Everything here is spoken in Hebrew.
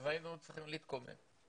היינו צריכים להתקומם.